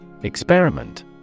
Experiment